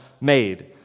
made